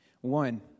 One